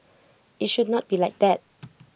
IT should not be like that